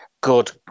good